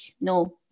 no